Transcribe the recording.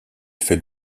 fait